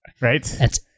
right